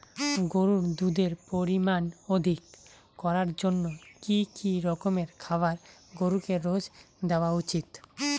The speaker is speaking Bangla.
গরুর দুধের পরিমান অধিক করার জন্য কি কি রকমের খাবার গরুকে রোজ দেওয়া উচিৎ?